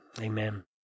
Amen